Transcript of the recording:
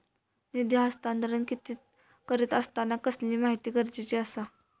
निधी हस्तांतरण करीत आसताना कसली माहिती गरजेची आसा?